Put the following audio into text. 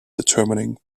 determining